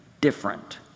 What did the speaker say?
different